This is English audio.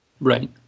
Right